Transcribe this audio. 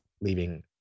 leaving